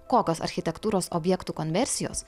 kokios architektūros objektų konversijos